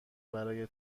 برای